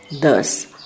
Thus